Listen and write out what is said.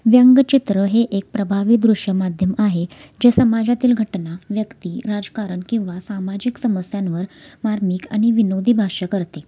व्यंगचित्र हे एक प्रभावी दृश्य माध्यम आहे जे समाजातील घटना व्यक्ती राजकारण किंवा सामाजिक समस्यांवर मार्मिक आणि विनोदी भाष्य करते